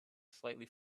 slightly